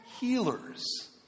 healers